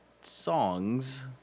songs